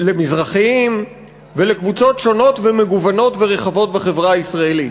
למזרחיים ולקבוצות שונות ומגוונות ורחבות בחברה הישראלית.